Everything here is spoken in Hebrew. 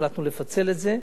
החלטנו לפצל את זה.